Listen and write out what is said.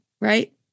right